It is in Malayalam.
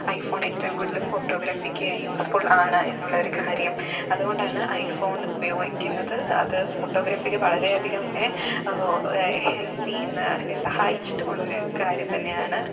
ഐ ഫോൺ ഏറ്റവും കൂടുതൽ ഫോട്ടോഗ്രാഫിക്ക് യൂസ്ഫുൾ ആണ് എന്നുള്ള ഒരു കാര്യം അതുകൊണ്ടാണ് ഐ ഫോൺ ഉപയോഗിക്കുന്നത് അത് ഫോട്ടോഗ്രാഫിക്ക് വളരെ അധികം എന്നെ ഓ ഹെൽപ്പ് ചെയ്യുന്ന എന്നെ സഹായിച്ചിട്ടുമുള്ള ഒരു കാര്യം തന്നെയാണ്